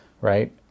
right